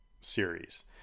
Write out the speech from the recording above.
series